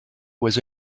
was